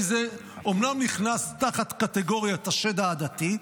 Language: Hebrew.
כי זה אומנם נכנס תחת קטגוריית השד העדתי,